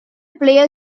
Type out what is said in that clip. player